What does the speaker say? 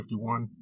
51